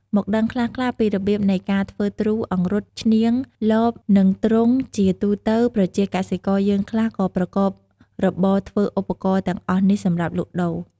មកដឹងខ្លះៗពីរបៀបនៃការធ្វើទ្រូង អង្រុត ឈ្នាង លប និងទ្រុងជាទូទៅប្រជាកសិករយើងខ្លះក៏ប្រកបរបរធ្វើឧបករណ៍ទាំងអស់នេះសម្រាប់លក់ដូរ។